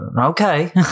okay